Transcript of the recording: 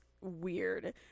weird